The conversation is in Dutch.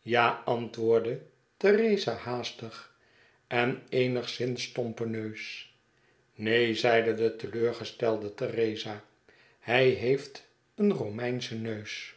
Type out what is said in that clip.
ja antwoordde theresa haastig en eenigszins stompen neus neen zeide de teleurgestelde theresa hij heeft een romeinschen neus